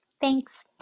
Thanks